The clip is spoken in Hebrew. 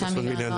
5 מיליון.